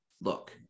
look